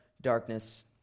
darkness